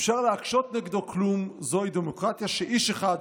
אפשר להקשות נגדו: כלום זוהי דמוקרטיה שאיש אחד,